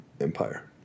empire